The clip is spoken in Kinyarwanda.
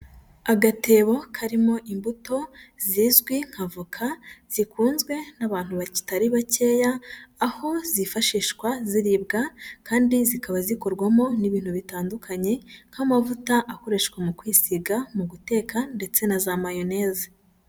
Agatebo karimo imbuto zizwi nka avoka zikunzwe n'abantu bakitari bakeya, aho zifashishwa ziribwa kandi zikaba zikorwamo n'ibintu bitandukanye, nk'amavuta akoreshwa mu kwisiga mu guteka ndetse na za mayoneze.